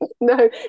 No